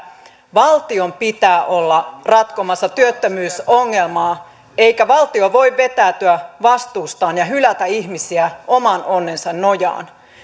valtion pitää olla ratkomassa työttömyysongelmaa eikä valtio voi vetäytyä vastuustaan ja hylätä ihmisiä oman onnensa nojaan